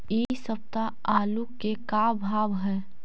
इ सप्ताह आलू के का भाव है?